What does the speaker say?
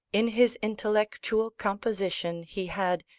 in his intellectual composition he had,